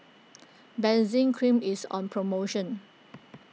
Benzac Cream is on promotion